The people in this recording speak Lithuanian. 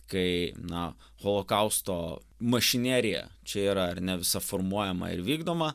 kai na holokausto mašinerija čia yra ar ne visa formuojama ir vykdoma